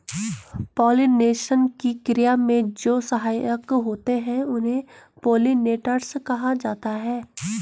pollination की क्रिया में जो सहायक होते हैं उन्हें पोलिनेटर्स कहा जाता है